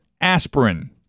aspirin